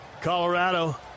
Colorado